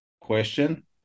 question